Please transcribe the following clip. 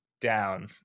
down